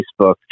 Facebook